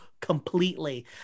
completely